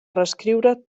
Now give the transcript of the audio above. reescriure